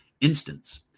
Instance